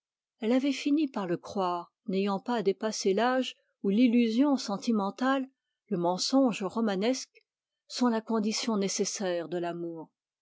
elle avait fini par le croire n'ayant pas dépassé l'âge où le mensonge romanesque est la condition nécessaire de l'amour